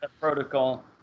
Protocol